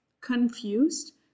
confused